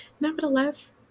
nevertheless